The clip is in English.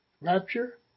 Rapture